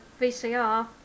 VCR